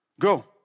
Go